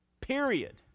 Period